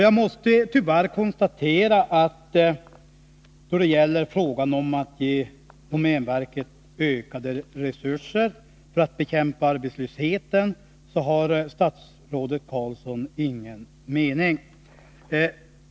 Jag måste tyvärr konstatera att då det gäller frågan om att ge domänverket ökade resurser för att bekämpa arbetslösheten har statsrådet Roine Carlsson ingen mening.